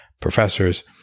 professors